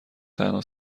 تنها